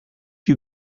you